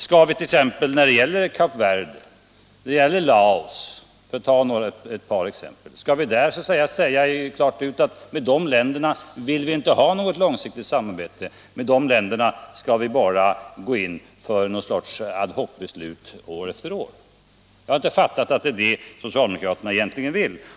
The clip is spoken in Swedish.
Skall vi när det gäller Kap Verde och Laos — för att ta ett par exempel — säga att vi inte vill ha något långsiktigt samarbete med dessa länder utan att vi när det gäller dem skall ta något slags ad hoc-beslut år efter år?